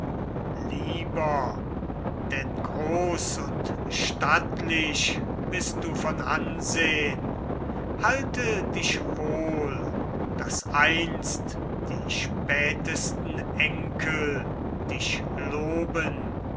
lieber denn groß und stattlich bist du von ansehn halte dich wohl daß einst die spätesten enkel dich loben